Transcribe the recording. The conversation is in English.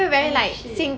oh shit